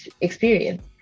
experience